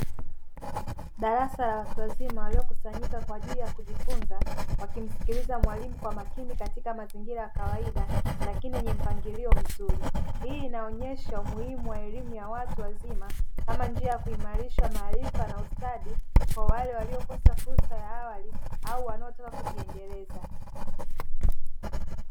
Darasa la watu wazima waliokusanyika kwa ajili ya kujifunza wakimsikiliza mwalimu kwa makini katika mazingira ya kawaida lakini yenye mpangilio mzuri. Hii inaonyesha umuhimu wa elimu ya watu wazima kama njia ya kuimarisha maarifa na ustadi kwa wale waliokosa fursa ya awali au wanaotaka kujiendeleza.